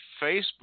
Facebook